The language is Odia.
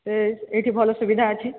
ଏ ଏଇଠି ଭଲ ସୁବିଧା ଅଛି